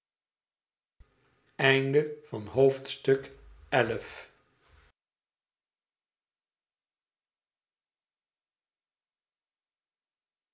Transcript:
begin van het